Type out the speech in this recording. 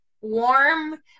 warm